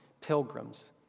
pilgrims